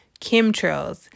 chemtrails